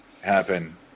happen